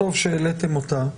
טוב שהעליתם אותה,